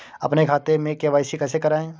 अपने खाते में के.वाई.सी कैसे कराएँ?